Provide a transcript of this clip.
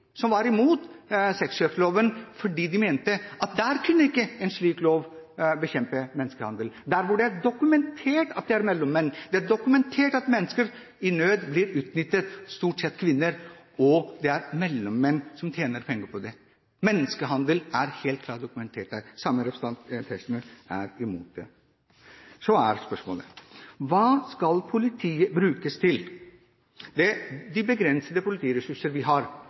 som var imot sexkjøpsloven, fordi de mente at på det området kunne ikke en slik lov bekjempe menneskehandel, der hvor det er dokumentert at det er mellommenn, det er dokumentert at mennesker i nød blir utnyttet, stort sett kvinner, og det er mellommenn som tjener penger på det. Menneskehandel er helt klart dokumentert der. Den samme representant Tetzschner er imot den loven. Så er spørsmålet: Hva skal politiet brukes til? De begrensede politiressurser vi har,